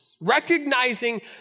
recognizing